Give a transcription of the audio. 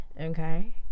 okay